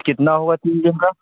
کتنا ہوا تین دن کا